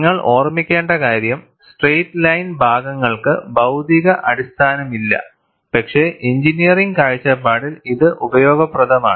നിങ്ങൾ ഓർമ്മിക്കേണ്ട കാര്യം സ്ട്രെയിറ്റ് ലൈൻ ഭാഗങ്ങൾക്ക് ഭൌതിക അടിസ്ഥാനമില്ല പക്ഷേ എഞ്ചിനീയറിംഗ് കാഴ്ചപ്പാടിൽ ഇത് ഉപയോഗപ്രദമാണ്